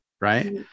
right